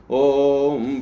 om